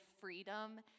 freedom